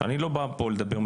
אני לא בא לדבר פה